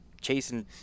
chasing